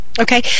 Okay